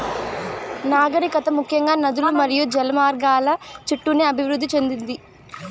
నాగరికత ముఖ్యంగా నదులు మరియు జల మార్గాల చుట్టూనే అభివృద్ది చెందింది